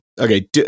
Okay